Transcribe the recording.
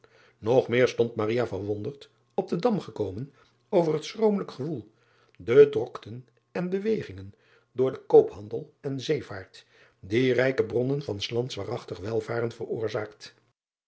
og meer stond verwonderd op den am gekomen over het schromelijk gewoel de drokten en bewegingen door den koophandel en zeevaart die rijke bronnen van s ands waarachtig welvaren veroorzaakt